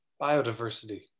biodiversity